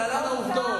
להלן העובדות,